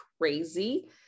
crazy